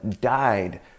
died